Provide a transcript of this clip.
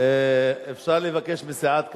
אפשר לבקש מסיעת קדימה.